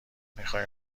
میخوای